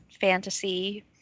fantasy